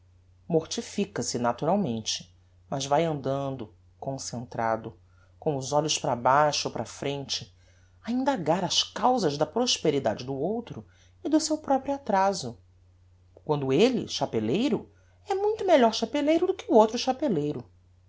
preço mortifica se naturalmente mas vae andando concentrado com os olhos para baixo ou para a frente a indagar as causas da prosperidade do outro e do seu proprio atrazo quando elle chapeleiro é muito melhor chapeleiro do que o outro chapeleiro